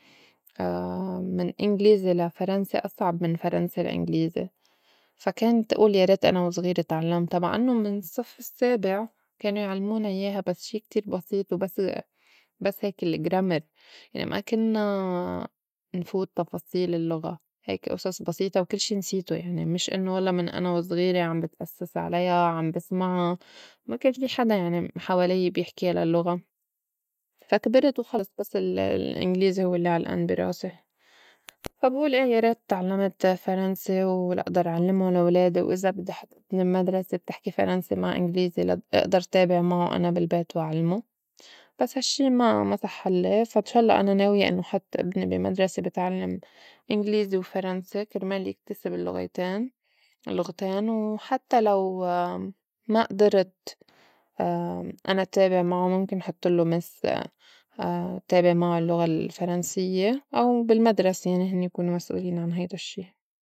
من إنجليزي لفرنسي أصعب من فرنسي لإنجليزي. فا كانت قول يا ريت أنا وزغيره اتعلّمتا مع إنّو من الصّف السّابع كانو يعلمونا يّاها بس شي كتير بسيط، وبس- بس هيك ال grammar يعني ما كنّا نفوت تفاصيل اللّغة هيك اصص بسيطة. وكل شي نسيته يعني مش إنّو والله من أنا وصغيرة عم بتأسّس عليا عم بِسمعا، ما كان في حدا يعني حولي بيحكيا للّغة. فا كبرت وخَلص بس ال- الإنجليزي هوّ الّي علقان بي راسي. فا بقول إيه يا ريت اتعلّمت فرنسي. ولا اقدر علّما لا ولادي، و إذا بدّي حُط إبني بي مدرسة بتحكي فرنسي مع إنجليزي، لا اقدر تابع معو أنا بالبيت وعلمه بس هالشّي ما- ما صحّلي. فا إن شاء الله أنا ناوية إنّي حط إبني بي مدرسة بتعلّم إنجليزي وفرنسي كرمال يكتسب اللّغيتين- اللّغتين، وحتّى لو ما أدرت أنا تابع معو مُمكن حطلّو مس اتّابع معو اللّغة الفرنسيّة، أو بالمدرسة يعني هنّي يكونه مسؤولين عن هيدا الشّي.